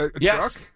Yes